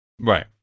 Right